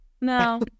No